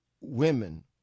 women